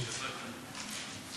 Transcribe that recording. תרבות של נטילת חובות,